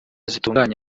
zitunganya